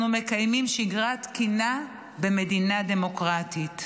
מקיימים שגרה תקינה במדינה דמוקרטית.